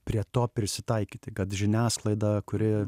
prie to prisitaikyti kad žiniasklaida kuri